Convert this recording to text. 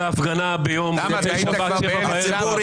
בהונגריה הבינו עכשיו.